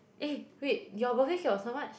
eh wait your birthday cake was how much